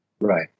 Right